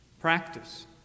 Practice